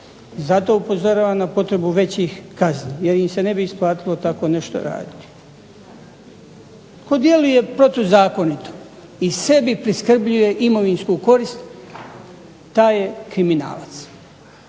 zato upozoravam na potrebu većih kazni jer im se ne bi isplatilo tako nešto raditi. Tko djeluje protuzakonito i sebi priskrbljuje imovinsku korist taj je kriminalac